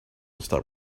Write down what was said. stop